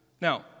Now